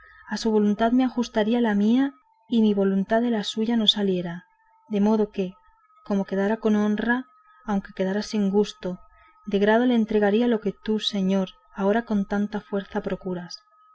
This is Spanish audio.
a su voluntad se ajustara la mía y mi voluntad de la suya no saliera de modo que como quedara con honra aunque quedara sin gusto de grado te entregara lo que tú señor ahora con tanta fuerza procuras